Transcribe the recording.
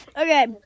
Okay